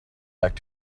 back